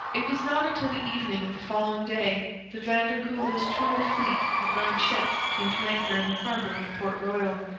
it was not until the evening of the following day that van der kuylen's truant fleet of nine ships came to anchor in the harbour of port royal,